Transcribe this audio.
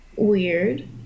Weird